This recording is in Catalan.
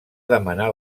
demanar